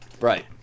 Right